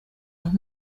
los